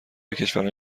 کشورهای